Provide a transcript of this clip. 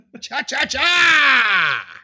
Cha-cha-cha